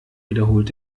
wiederholt